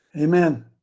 Amen